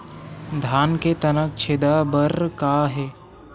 धान के तनक छेदा बर का हे?